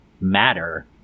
matter